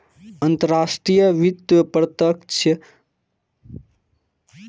अंतरराष्ट्रीय वित्त प्रत्यक्ष विदेशी निवेश आ मुद्रा विनिमय दर पर केंद्रित रहै छै